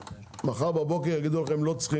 מחר בבוקר אומרים לכם שלא צריך